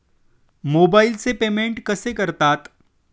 मोबाइलचे पेमेंट कसे करतात?